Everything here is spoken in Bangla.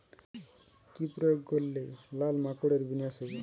কি প্রয়োগ করলে লাল মাকড়ের বিনাশ হবে?